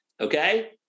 okay